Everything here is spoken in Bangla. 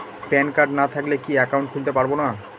প্যান কার্ড না থাকলে কি একাউন্ট খুলতে পারবো না?